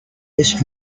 best